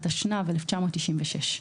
התשנ"ו-1996 .